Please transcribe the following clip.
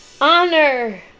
honor